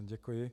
Děkuji.